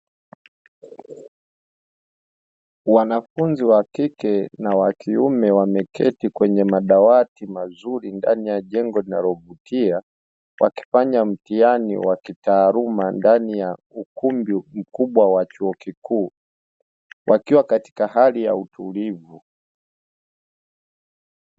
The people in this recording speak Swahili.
Wanafunzi wa kike na wa kiume wameketi kwenye madawati mazuri ndani ya jengo linalovutia, wakifanya mtihani wa kitaaluma ndani ya ukumbi mkubwa wa chuo kikuu, wakiwa katika hali ya utulivu.